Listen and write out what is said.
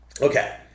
Okay